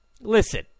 Listen